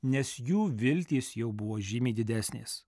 nes jų viltys jau buvo žymiai didesnės